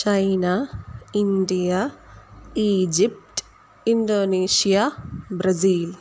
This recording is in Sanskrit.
China India Egypt Indonesia Brazil